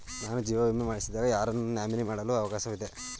ನಾನು ಜೀವ ವಿಮೆ ಮಾಡಿಸಿದಾಗ ಯಾರನ್ನು ನಾಮಿನಿ ಮಾಡಲು ಅವಕಾಶವಿದೆ?